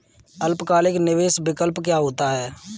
अल्पकालिक निवेश विकल्प क्या होता है?